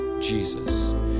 Jesus